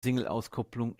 singleauskopplung